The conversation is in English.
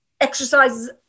exercises